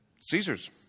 Caesar's